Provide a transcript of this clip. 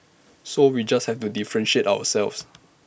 so we just have to differentiate ourselves